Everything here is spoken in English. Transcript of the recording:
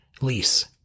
Lease